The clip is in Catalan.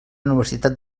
universitat